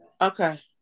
Okay